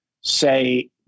Say